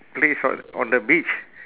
placed on on the beach